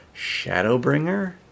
Shadowbringer